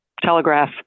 telegraph